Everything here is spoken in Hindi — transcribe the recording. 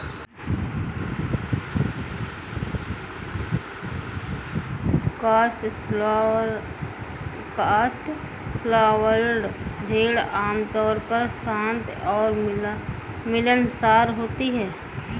कॉटस्वॉल्ड भेड़ आमतौर पर शांत और मिलनसार होती हैं